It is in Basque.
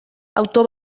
auto